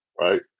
right